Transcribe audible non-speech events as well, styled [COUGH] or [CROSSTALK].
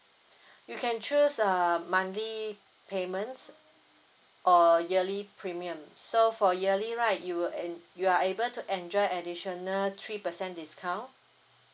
[BREATH] you can choose uh monthly payments or yearly premium so for yearly right you are en~ you are able to enjoy additional three percent discount